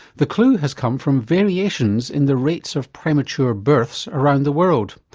the clue has come from variations in the rates of premature births around the world.